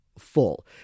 full